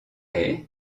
est